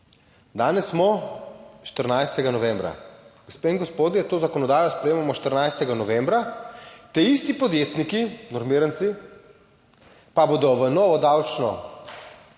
Danes smo 14. novembra. Gospe in gospodje, to zakonodajo sprejemamo 14. novembra, ti isti podjetniki, normiranci, pa bodo v novo davčno